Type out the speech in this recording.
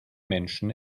menschen